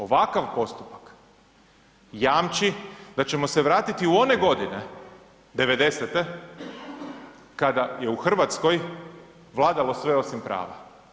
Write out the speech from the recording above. Ovakav postupak jamči da ćemo se vratiti u one godine, 90-e kada je u Hrvatskoj vladalo sve osim prava.